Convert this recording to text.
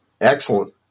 excellent